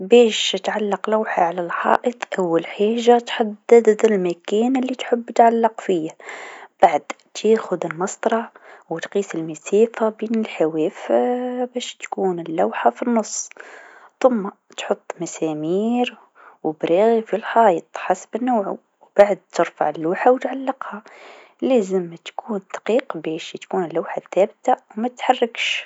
باش تعلق لوحه على الحائط، أول حاجه تحدد المكان لتحب تعلق فيه بعد تاخذ المسطره و تقيس المسافه بين الحواف باش تكون اللوحه في النص، ثم تحط مسامير و براغي في الحايط حسب نوعو و بعد ترفع اللوحه و تعلقها، لازم تكون دقيق باش تكون اللوحه ثابثه و متتحركش.